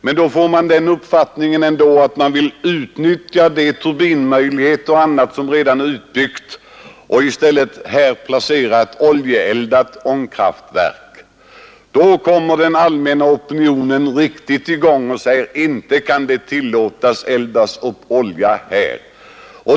Sedan ville man ändå utnyttja de turbiner som var byggda och i stället placera ett oljeeldat ångkraftverk i Marviken. Då kom den allmänna opinionen riktigt i gång och sade, att inte kan det tillåtas att man eldar upp olja här.